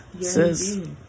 Says